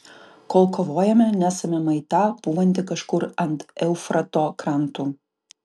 kol kovojame nesame maita pūvanti kažkur ant eufrato krantų